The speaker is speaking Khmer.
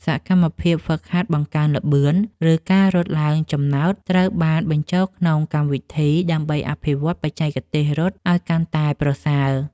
សកម្មភាពហ្វឹកហាត់បង្កើនល្បឿន ឬការរត់ឡើងចំណោត ត្រូវបានបញ្ចូលក្នុងកម្មវិធីដើម្បីអភិវឌ្ឍបច្ចេកទេសរត់ឱ្យកាន់តែប្រសើរ។